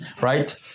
right